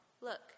Look